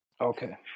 Okay